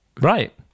Right